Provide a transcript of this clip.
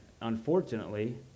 unfortunately